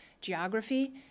geography